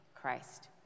Christ